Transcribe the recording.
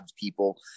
people